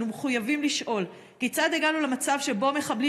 אנו מחויבים לשאול: כיצד הגענו למצב שבו מחבלים